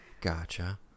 gotcha